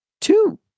Two